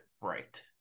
right